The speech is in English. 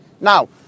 Now